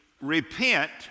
Repent